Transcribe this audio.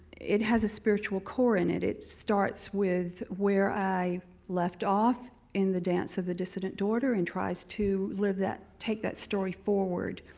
it has a spiritual core in it. it starts with where i left off in the dance of the dissident daughter and tries to live that, take that story forward.